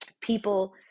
people